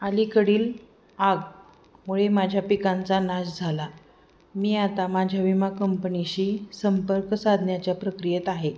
अलीकडील आगीमुळे माझ्या पिकांचा नाश झाला मी आता माझ्या विमा कंपणीशी संपर्क साधण्याच्या प्रक्रियेत आहे